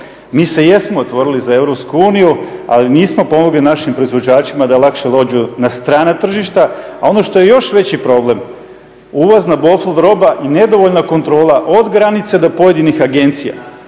Mi se jesmo otvorili za Europsku uniju ali nismo pomogli našim proizvođačima da lakše dođu na strana tržišta. A ono što je još veći problem ulaz na bofl roba i nedovoljna kontrola od granice do pojedinih agencija